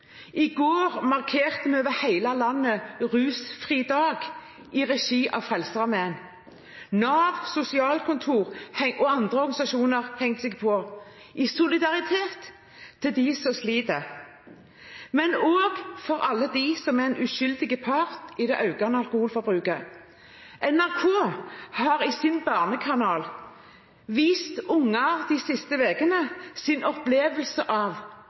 I går markerte vi over hele landet «Rusfri dag» i regi av Frelsesarmeen. Nav og sosialkontorer og andre organisasjoner hengte seg på – i solidaritet med dem som sliter, men også med alle dem som er en uskyldig part i det økende alkoholforbruket. NRK har i sin barnekanal de siste ukene vist barns opplevelse av